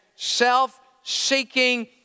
Self-seeking